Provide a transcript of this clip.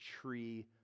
tree